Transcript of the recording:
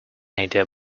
ada